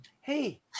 Hey